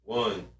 one